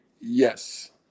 Yes